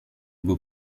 był